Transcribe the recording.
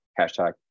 hashtag